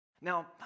Now